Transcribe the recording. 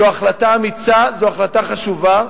זו החלטה אמיצה, זו החלטה חשובה.